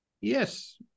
Yes